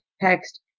text